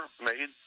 made